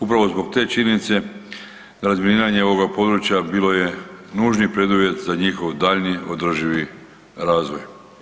Upravo zbog te činjenice razminiranje ovoga područja bilo je nužni preduvjet za njihov daljnji održivi razvoj.